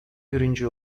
birinci